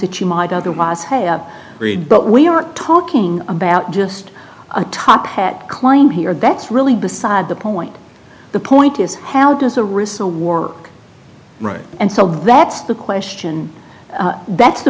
that you might otherwise have read but we're not talking about just a top hat claim here that's really beside the point the point is how does a restore war right and so that's the question that's the